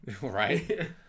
Right